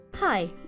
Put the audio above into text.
Hi